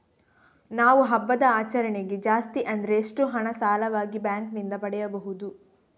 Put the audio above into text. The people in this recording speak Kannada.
ನಾವು ಹಬ್ಬದ ಆಚರಣೆಗೆ ಜಾಸ್ತಿ ಅಂದ್ರೆ ಎಷ್ಟು ಹಣ ಸಾಲವಾಗಿ ಬ್ಯಾಂಕ್ ನಿಂದ ಪಡೆಯಬಹುದು?